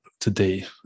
today